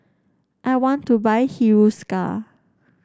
I want to buy Hiruscar